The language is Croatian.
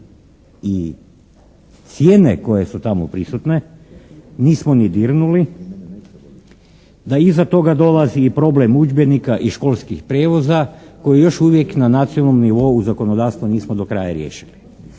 i cijene koje su tamo prisutne nismo ni dirnuli, da iza toga dolazi i problem udžbenika i školskih prijevoza koji još uvijek na nacionalnom nivou zakonodavstva nismo do kraja riješili.